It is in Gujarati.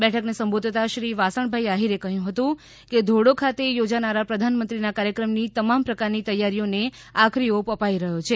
બેઠકને સંબોધતાં શ્રી વાસણભાઈ આહિરે કહ્યું હતુંકે ધોરડો ખાતે યોજાનારા પ્રધાનમંત્રીનાં કાર્યક્રમની તમામ પ્રકારની તૈયારીઓને આખરી ઓપ અપાઈ રહ્યો છે